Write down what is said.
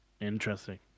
Interesting